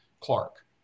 Clark